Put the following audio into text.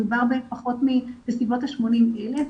מדובר על כ-80,000 ילדים,